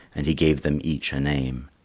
and he gave them each a name.